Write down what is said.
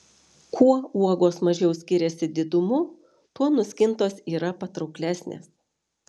kuo uogos mažiau skiriasi didumu tuo nuskintos yra patrauklesnės